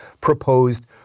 proposed